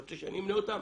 אתה רוצה שאני אמנה אותן?